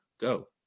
go